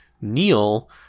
Neil